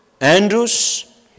Andrews